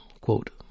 quote